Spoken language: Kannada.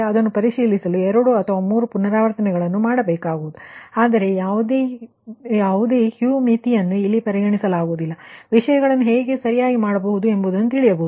ಅದನ್ನು ಪರಿಶೀಲಿಸಲು 2 ಅಥವಾ 3 ಪುನರಾವರ್ತನೆಗಳನ್ನುಮಾಡಬೇಕಾಗುವುದುಆದರೆ ಯಾವುದೇ Q ಮಿತಿಯನ್ನು ಇಲ್ಲಿ ಪರಿಗಣಿಸಲಾಗುವುದಿಲ್ಲ ವಿಷಯಗಳನ್ನು ಹೇಗೆ ಸರಿಯಾಗಿ ಮಾಡಬಹುದು ಎಂಬುದನ್ನು ತಿಳಿಯಬಹುದು